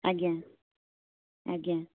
ଆଜ୍ଞା ଆଜ୍ଞା